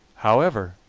however,